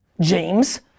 James